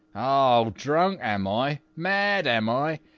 oh! drunk! am i? mad! am i?